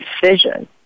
decision